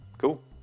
cool